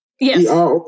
Yes